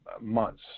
months